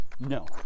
No